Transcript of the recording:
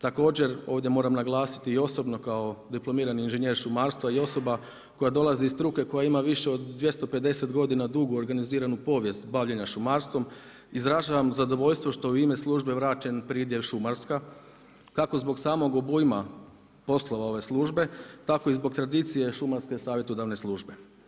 Također ovdje moram naglasiti i osobno kao diplomirani inženjer šumarstva i osoba koja dolazi iz struke koja ima više od 250 godina dugu organiziranu povijest bavljenja šumarstvom izražavam zadovoljstvo što je u ime službe vraćen pridjev šumarska, kako zbog samog obujma poslova ove službe tako i zbog tradicije šumarsko-savjetodavne službe.